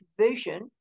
vision